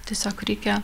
tiesiog reikia